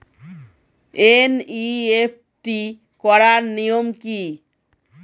NEFT করার নিয়ম কী?